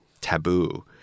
taboo